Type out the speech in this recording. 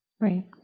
Right